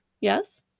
Yes